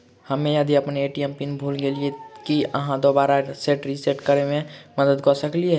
हम्मे यदि अप्पन ए.टी.एम पिन भूल गेलियै, की अहाँ दोबारा सेट रिसेट करैमे मदद करऽ सकलिये?